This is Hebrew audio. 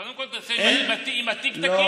קודם כול תעשה בדיקה אם התיק תקין או המסמכים תקינים.